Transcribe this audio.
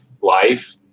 life